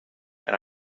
and